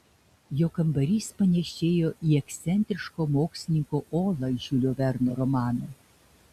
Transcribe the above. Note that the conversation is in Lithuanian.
jo kambarys panėšėjo į ekscentriško mokslininko olą iš žiulio verno romano